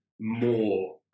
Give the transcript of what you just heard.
more